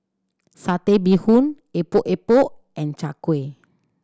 Satay Bee Hoon Epok Epok and Chai Kueh